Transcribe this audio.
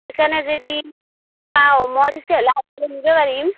সেইকাৰণে যদি পাওঁ মই পিছে হ'লে নিব পাৰিম